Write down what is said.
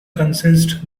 consist